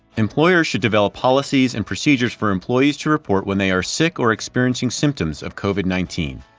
employers should develop policies and procedures for employees to report when they are sick or experiencing symptoms of covid nineteen.